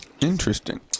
Interesting